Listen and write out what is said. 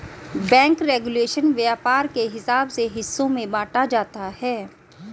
bank regulation व्यापार के हिसाब से हिस्सों में बांटा जाता है